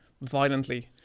violently